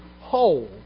whole